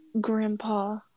grandpa